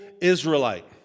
Israelite